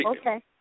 Okay